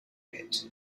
pit